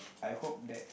I hope that